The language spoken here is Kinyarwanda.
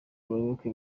abayoboke